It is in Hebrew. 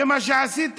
זה מה שעשיתם?